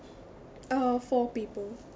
uh four people